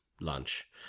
lunch